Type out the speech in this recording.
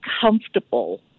comfortable